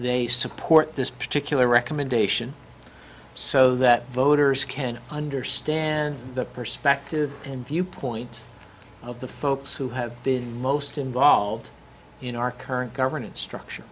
they support this particular recommendation so that voters can understand the perspective and viewpoint of the folks who have been most involved in our current governance struct